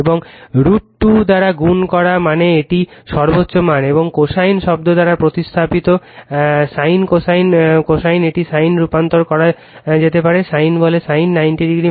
এবং √ 2 দ্বারা গুন করা মানে এটি সর্বোচ্চ মান এবং কোসাইন শব্দ দ্বারা উপস্থাপিত সিন কোসাইন কোসাইনও এটিকে sin রূপান্তর করতে পারে যাকে sin বলে sin 90o θ cos θ